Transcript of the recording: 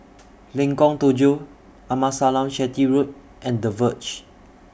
Lengkong Tujuh Amasalam Chetty Road and The Verge